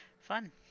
Fun